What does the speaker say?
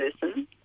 person